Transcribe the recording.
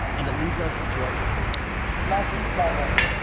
and that leads us to our final lesson lesson seven.